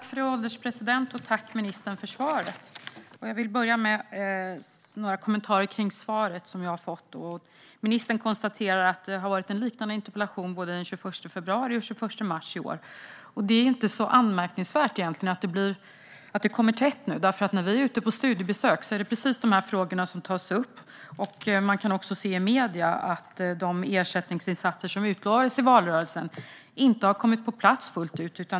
Fru ålderspresident! Tack, ministern, för svaret! Jag vill börja med några kommentarer till det svar jag fått. Ministern konstaterar att hon har besvarat liknande interpellationer både den 21 februari och den 21 mars i år. Det är egentligen inte så anmärkningsvärt att de nu kommer tätt. När vi är ute på studiebesök är det precis de frågorna som tas upp. Man kan också se i medierna att de ersättningsinsatser som utlovades i valrörelsen inte har kommit på plats fullt ut.